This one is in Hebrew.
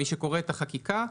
מי שקורא את החקיקה,